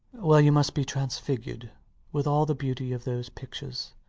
well, you must be transfigured with all the beauty of those pictures.